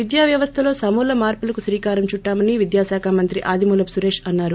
విద్యావ్యవస్థలో సమూల మార్సులకు శ్రీకారం చుట్లామని విద్యా శాఖ మంత్రి ఆదిమూలపు సురేష్ అన్నారు